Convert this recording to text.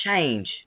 change